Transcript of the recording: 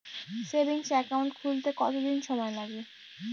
Savings account খুলতে কতদিন সময় লাগে?